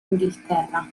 inghilterra